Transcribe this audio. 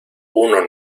uno